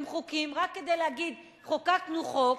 הם חוקים רק כדי להגיד: חוקקנו חוק,